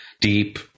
deep